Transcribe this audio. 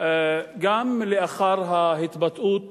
גם לאחר ההתבטאות